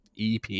EP